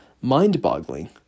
mind-boggling